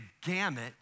gamut